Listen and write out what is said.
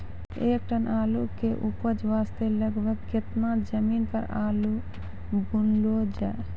एक टन आलू के उपज वास्ते लगभग केतना जमीन पर आलू बुनलो जाय?